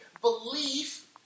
belief